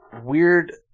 weird